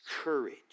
courage